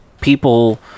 people